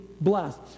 blessed